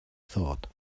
thought